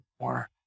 more